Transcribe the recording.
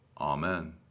Amen